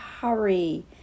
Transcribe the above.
Hurry